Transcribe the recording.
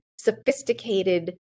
sophisticated